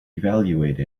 evaluate